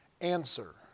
answer